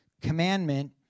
commandment